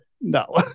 no